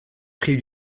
prit